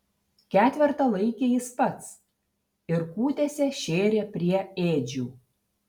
ketvertą laikė jis pats ir kūtėse šėrė prie ėdžių